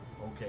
Okay